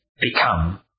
become